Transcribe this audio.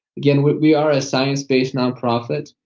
again, we we are a science-based nonprofit.